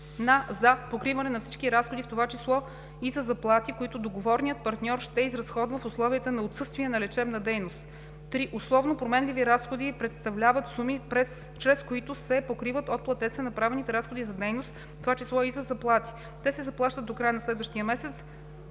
за покриване на всички разходи, в т.ч. и за заплати, които договорният партньор ще изразходва в условия на отсъствие на лечебна дейност. 3. Условно променливите разходи представляват суми, чрез които се покриват от платеца направените разходи „за дейност“, в т.ч. и за заплати. Те се заплащат до края на следващия месец